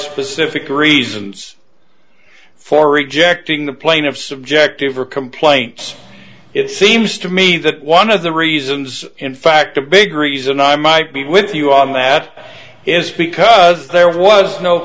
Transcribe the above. specific reasons for rejecting the plain of subjective or complaints it seems to me that one of the reasons in fact the big reason i might be with you on that is because there was no